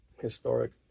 historic